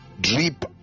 drip